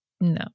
No